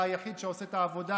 אתה היחיד שעושה את העבודה.